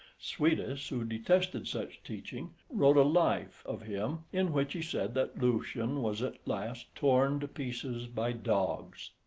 suidas, who detested such teaching, wrote a life of him, in which he said that lucian was at last torn to pieces by dogs.